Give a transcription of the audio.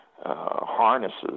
harnesses